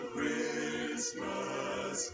Christmas